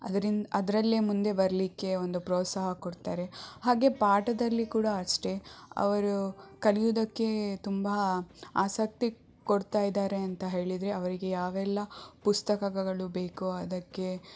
ಅದ್ರಿಂದ ಅದರಲ್ಲೇ ಮುಂದೆ ಬರಲಿಕ್ಕೆ ಒಂದು ಪ್ರೋತ್ಸಾಹ ಕೊಡ್ತಾರೆ ಹಾಗೆ ಪಾಠದಲ್ಲಿ ಕೂಡ ಅಷ್ಟೇ ಅವರು ಕಲಿಯುವುದಕ್ಕೆ ತುಂಬ ಆಸಕ್ತಿ ಕೊಡ್ತಾ ಇದ್ದಾರೆ ಅಂತ ಹೇಳಿದರೆ ಅವರಿಗೆ ಯಾವೆಲ್ಲ ಪುಸ್ತಕಗಳು ಬೇಕು ಅದಕ್ಕೆ